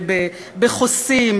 בחוסים,